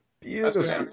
Beautiful